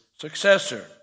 successor